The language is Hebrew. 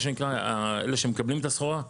אלה שמקבלים את הסחורה?